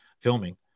filming